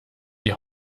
die